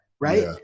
right